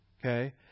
okay